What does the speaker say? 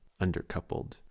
undercoupled